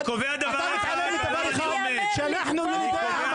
אתה מתיימר לקבוע -- אבל אני לא קובע לך,